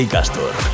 Castor